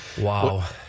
Wow